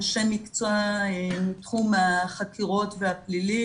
אנשי מקצוע מתחום החקירות והפלילי,